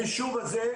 היישוב הזה,